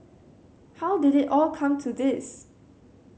how did it all come to this